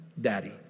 Daddy